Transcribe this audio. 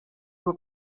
were